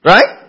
Right